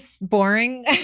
boring